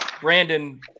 Brandon